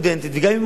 גם אם הוא עובד,